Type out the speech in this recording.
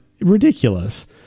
ridiculous